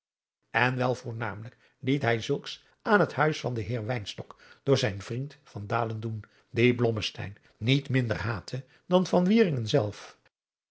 en wel voornamelijk liet hij zulks aan het huis van den heer wynstok door zijn vriend van dalen doen die blommesteyn niet minder haatte dan van wieringen zelf